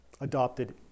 adopted